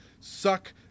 suck